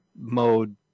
mode